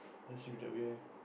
that should be the way